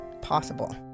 possible